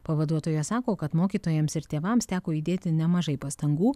pavaduotoja sako kad mokytojams ir tėvams teko įdėti nemažai pastangų